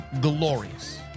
glorious